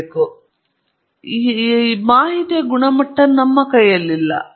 ಮತ್ತು ಅದು ತುಂಬಾ ದೊಡ್ಡದಾದರೆ ಅಂದಾಜು ಅಥವಾ ಅಂದಾಜಿನ ಪ್ರಕಾರ ದೊಡ್ಡ ವ್ಯತ್ಯಾಸವಿದೆ ಎಂದು ನಾವು ಹೇಳುತ್ತೇವೆ